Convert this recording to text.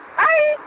bye